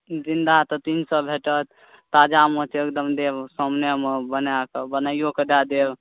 जिन्दा तऽ तीन सए भेटत ताजा माछ एकदम देब सामनेमे बनाए कऽ बनाइयो कऽ दए देब